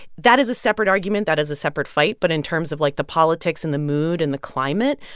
that is a separate argument. that is a separate fight but in terms of, like, the politics and the mood and the climate,